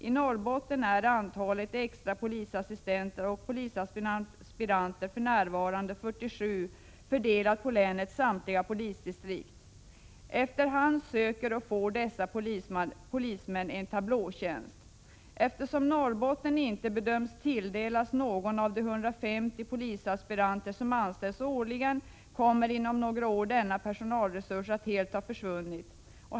I Norrbotten är antalet extra polisassistenter och polisaspiranter för närvarande 47, fördelat på länets samtliga polisdistrikt. Efter hand söker och får dessa polismän en tablåtjänst. Eftersom Norrbotten inte bedöms tilldelas någon av de 150 polisaspiranter som anställs årligen, kommer inom några år denna personalresurs att helt ha försvunnit.